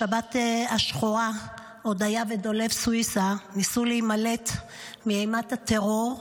בשבת השחורה הודיה ודולב סויסה ניסו להימלט מאימת הטרור,